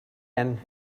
end